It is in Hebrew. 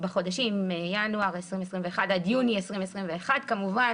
בחודשים ינואר 2021 ועד יוני 2021. כמובן